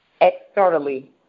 externally